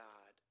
God